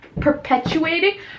perpetuating